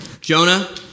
Jonah